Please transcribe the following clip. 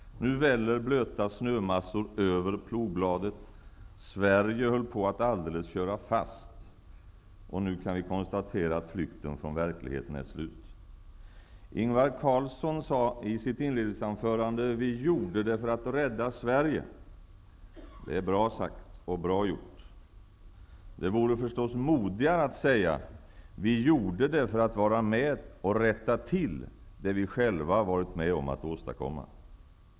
Nu väller blöta snömassor över plogbladet. Sverige höll på att alldeles köra fast, och nu kan vi konstatera att flykten från verkligheten är slut. Ingvar Carlsson sade i sitt inledningsanförande: Vi gjorde det för att rädda Sverige. Det är bra sagt och bra gjort. Det vore förstås modigare att säga: Vi gjorde det för att vara med och rätta till det vi själva varit med om att åstadkomma.